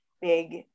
big